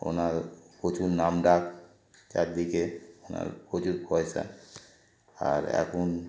ওনার প্রচুর নাম ডাক চারদিকে ওনার প্রচুর পয়সা আর এখন